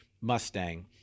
Mustang